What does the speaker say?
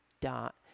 dot